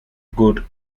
good